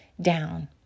down